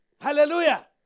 Hallelujah